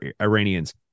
Iranians